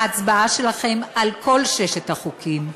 ההצבעה שלכם על כל ששת החוקים,